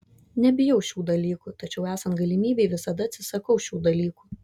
nebijau šių dalykų tačiau esant galimybei visada atsisakau šių dalykų